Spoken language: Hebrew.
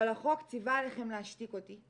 אבל החוק ציווה עליכם להשתיק אותי.